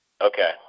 Okay